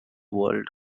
world